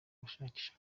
ashakisha